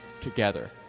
together